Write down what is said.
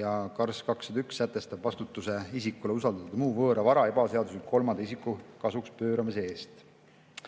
ja KarS‑i § 201 sätestab vastutuse isikule usaldatud muu võõra vara ebaseaduslikult kolmanda isiku kasuks pööramise eest.